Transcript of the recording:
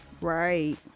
Right